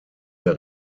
der